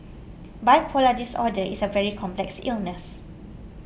bipolar disorder is a very complex illness